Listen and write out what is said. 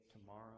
tomorrow